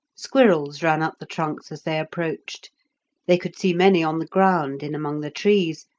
squirrels ran up the trunks as they approached they could see many on the ground in among the trees,